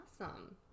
awesome